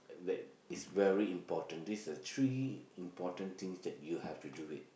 that is very important this is the three important things that you have to do it